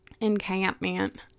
Encampment